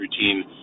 routine